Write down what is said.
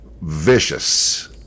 Vicious